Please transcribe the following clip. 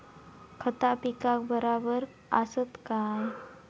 खता पिकाक बराबर आसत काय?